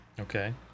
okay